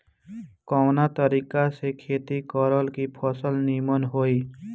कवना तरीका से खेती करल की फसल नीमन होई?